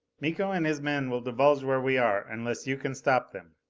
miko and his men will divulge where we are unless you can stop them.